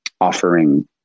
offering